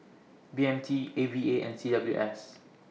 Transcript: B M T A V A and C W S